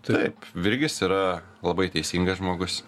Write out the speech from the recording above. taip virgis yra labai teisingas žmogus